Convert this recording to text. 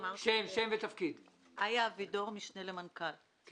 משנה למנכ"ל נשר.